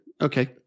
Okay